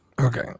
Okay